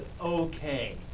okay